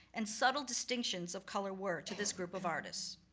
and subtle distinctions of color, were to this group of artists.